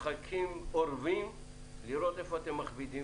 בדרך כלל אנחנו אורבים לראות היכן משרדי הממשלה מבקשים להכביד,